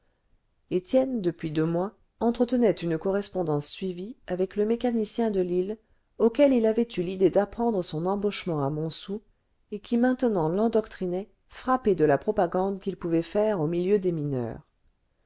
étienne depuis deux mois entretenait une correspondance suivie avec le mécanicien de lille auquel il avait eu l'idée d'apprendre son embauchement à montsou et qui maintenant l'endoctrinait frappé de la propagande qu'il pouvait faire au milieu des mineurs